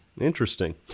Interesting